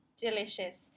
delicious